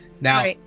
Now